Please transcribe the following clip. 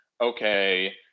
okay